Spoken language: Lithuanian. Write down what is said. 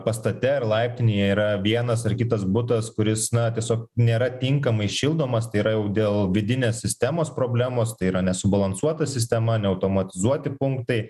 pastate ar laiptinėje yra vienas ar kitas butas kuris na tiesiog nėra tinkamai šildomas tai yra jau dėl vidinės sistemos problemos tai yra nesubalansuota sistema neautomatizuoti punktai